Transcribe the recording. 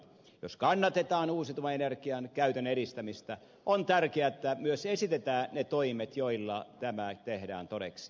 jos kannatetaan uusiutuvan energian käytön edistämistä on tärkeää että myös esitetään ne toimet joilla tämä tehdään todeksi